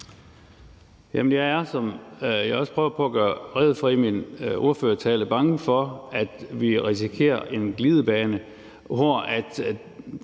jeg også prøvede at gøre rede for i min ordførertale, bange for, at vi risikerer at komme ud